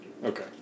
Okay